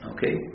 Okay